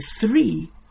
three